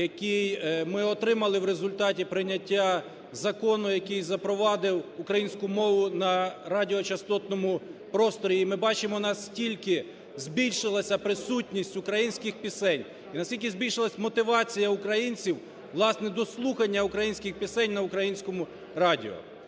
який ми отримали в результаті прийняття закону, який запровадив українську мову на радіочастотному просторі, і ми бачимо, наскільки збільшилася присутність українських пісень, і наскільки збільшилась мотивація українців, власне, до слухання українських пісень на українському радіо.